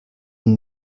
ihn